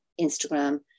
Instagram